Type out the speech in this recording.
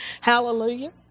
Hallelujah